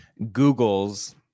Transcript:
Googles